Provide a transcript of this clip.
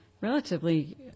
relatively